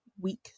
week